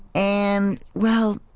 and, well,